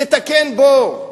לתקן בור,